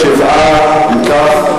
7. אם כך,